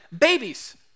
babies